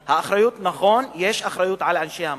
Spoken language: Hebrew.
נכון שיש אחריות לאנשי המקום,